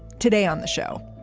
today on the show,